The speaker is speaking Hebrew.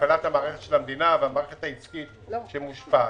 ובהפעלת מערכת המדינה והמערכת העסקית שמושפעת.